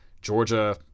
Georgia